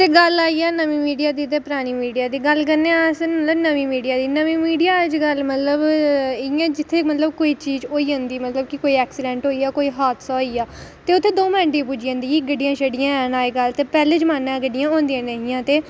ते गल्ल आई जा नमीं मीडिया दी ते परानी मीडिया दी गल्ल करने आं की अस नमीं मीडिया दी नमीं मीडिया अज्जकल इं'या मतलब कोई चीज़ होई जंदी इं'या कोई एक्सीडेंट होई जा कोई हादसा होई जा ते उत्थें दौ मिन्टां च पुज्जी जंदी की गड्डियां हैन अज्जकल पैह्ले जमानै गड्डियां होंदियां नेहियां ते